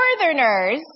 northerners